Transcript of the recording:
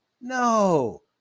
No